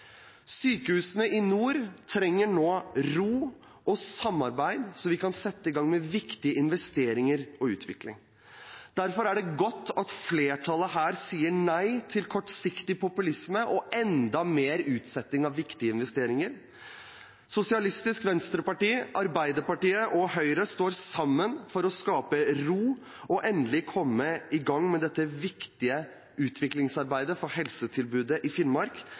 Sykehusene i nord trenger nå ro og samarbeid, så vi kan sette i gang med viktige investeringer og utvikling. Derfor er det godt at flertallet her sier nei til kortsiktig populisme og enda mer utsetting av viktige investeringer. Sosialistisk Venstreparti, Arbeiderpartiet og Høyre står sammen for å skape ro og endelig komme i gang med dette viktige utviklingsarbeidet for helsetilbudet i Finnmark